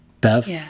Bev